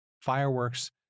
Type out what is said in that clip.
fireworks